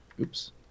Oops